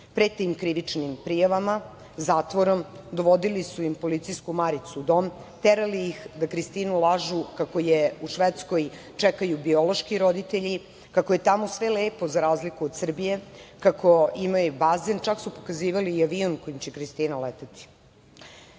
Prete im krivičnim prijavama, zatvorom. Dovodili su im policijsku maricu u dom, terali ih da Kristinu lažu kako je u Švedskoj čekaju biološki roditelji, kako je tamo sve lepo, za razliku od Srbije, kako imaju bazen. Čak su pokazivali i avion kojim će Kristina leteti. Sve